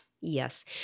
Yes